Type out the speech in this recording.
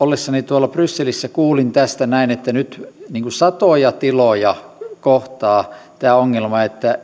ollessani tuolla brysselissä kuulin tästä näin että nyt satoja tiloja kohtaa tämä ongelma että